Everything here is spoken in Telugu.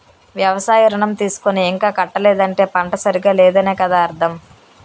వ్యవసాయ ఋణం తీసుకుని ఇంకా కట్టలేదంటే పంట సరిగా లేదనే కదా అర్థం